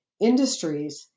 industries